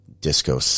disco